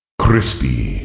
Crispy